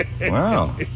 Wow